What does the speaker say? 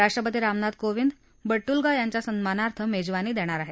राष्ट्रपती रामनाथ कोविंद बडूल्गा यांच्या सन्मानार्थ मेजवानी देणार आहेत